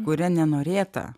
kuria nenorėta